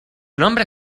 nombre